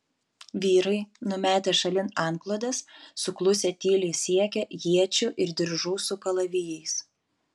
vyrai numetę šalin antklodes suklusę tyliai siekė iečių ir diržų su kalavijais